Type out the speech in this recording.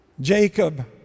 Jacob